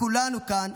וכולנו כאן,